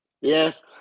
Yes